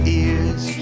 ears